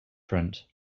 front